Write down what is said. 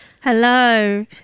Hello